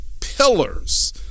pillars